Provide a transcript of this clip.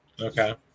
okay